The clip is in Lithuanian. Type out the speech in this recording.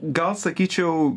gal sakyčiau